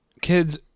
Kids